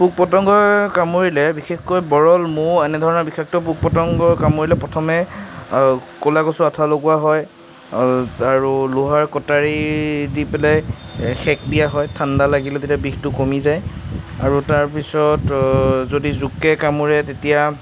পোক পতংগই কামুৰিলে বিশেষকৈ বৰল মৌ এনেধৰণৰ বিষাক্ত পোক পতংগই কামুৰিলে প্ৰথমে ক'লা কচুৰ আঠা লগোৱা হয় আৰু লোহাৰ কটাৰী দি পেলাই সেক দিয়া হয় ঠাণ্ডা লাগিলে তেতিয়া বিষটো কমি যায় আৰু তাৰপিছত যদি জোকে কামোৰে তেতিয়া